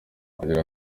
agira